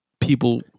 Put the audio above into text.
people